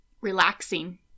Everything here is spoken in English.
Relaxing